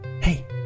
Hey